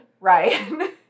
Ryan